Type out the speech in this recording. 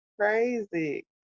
crazy